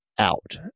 out